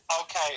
Okay